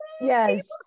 Yes